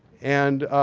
and